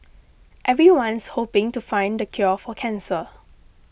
everyone's hoping to find the cure for cancer